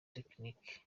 tekinike